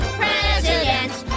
presidents